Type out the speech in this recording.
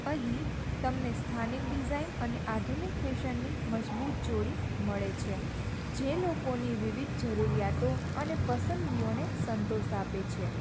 અહીં તમને સ્થાનિક ડિઝાઇન અને આધુનિક ફેશનની મજબૂત જોડી મળે છે જે લોકોની વિવિધ જરૂરીયાતો અને પસંદગીઓને સંતોષ આપે છે